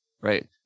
right